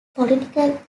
political